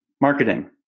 marketing